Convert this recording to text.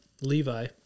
Levi